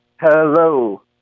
Hello